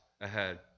ahead